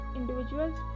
individuals